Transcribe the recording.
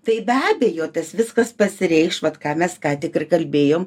tai be abejo tas viskas pasireikš vat ką mes ką tik ir kalbėjom